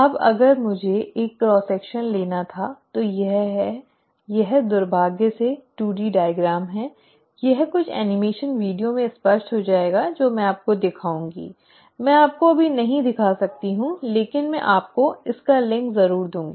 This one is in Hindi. अब अगर मुझे एक क्रॉस सेक्शन लेना था तो यह है यह दुर्भाग्य से 2 डी आरेख है यह कुछ एनीमेशन वीडियो में स्पष्ट हो जाएगा जो मैं आपको दिखाऊंगी मैं आपको अभी नहीं दिखा सकती हूं लेकिन मैं आपको उनका लिंक ज़रूर दूंगी